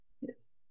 Yes